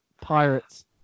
pirates